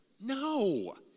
No